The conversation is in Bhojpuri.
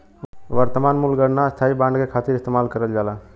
वर्तमान मूल्य गणना स्थायी बांड के खातिर इस्तेमाल करल जाला